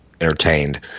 entertained